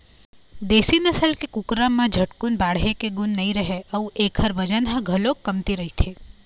देशी नसल के कुकरा म झटकुन बाढ़े के गुन नइ रहय अउ एखर बजन ह घलोक कमती रहिथे